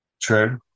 True